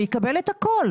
שיקבל את הכול?